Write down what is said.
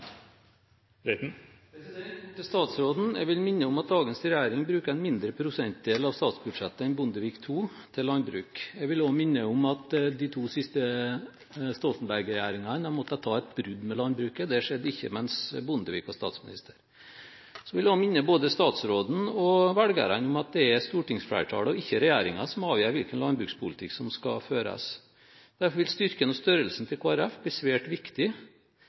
Reiten har hatt ordet to ganger tidligere og får ordet til en kort merknad. Kort til statsråd Slagsvold Vedum: Jeg vil minne om at dagens regjering bruker en mindre prosentdel av statsbudsjettet til landbruk enn Bondevik II-regjeringen gjorde. Jeg vil også minne om at de to siste Stoltenberg-regjeringene har måttet ta et brudd med landbruket. Det skjedde ikke mens Bondevik var statsminister. Så vil jeg minne både statsråden og velgerne om at det er stortingsflertallet og ikke regjeringen som avgjør hvilken landbrukspolitikk som skal føres. Derfor vil